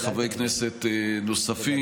חברי כנסת נוספים,